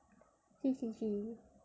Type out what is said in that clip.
he he he